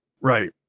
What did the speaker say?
Right